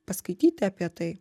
paskaityti apie tai